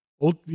Old